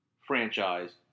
franchise